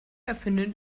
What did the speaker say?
erfinde